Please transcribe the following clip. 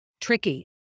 tricky